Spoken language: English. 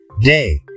day